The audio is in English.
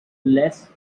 less